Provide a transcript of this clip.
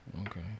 okay